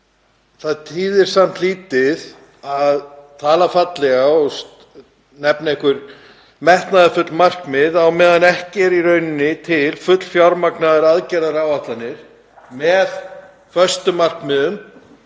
það þýðir samt lítið að tala fallega og nefna einhver metnaðarfull markmið á meðan ekki eru í rauninni til fullfjármagnaðar aðgerðaáætlanir með föstum markmiðum